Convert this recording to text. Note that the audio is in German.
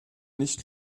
nicht